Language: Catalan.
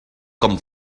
com